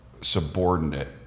subordinate